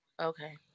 okay